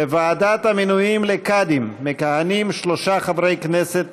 בוועדת המינויים לקאדים מכהנים שלושה חברי כנסת,